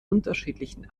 unterschiedlichen